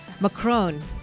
Macron